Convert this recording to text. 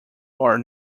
are